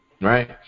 Right